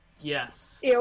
Yes